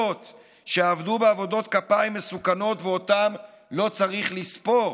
שעבדו בעבודות כפיים מסוכנות ואותם לא צריך לספור?